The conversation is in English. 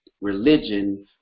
religion